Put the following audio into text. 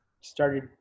started